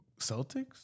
Celtics